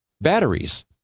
batteries